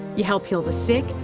you help heal the sick,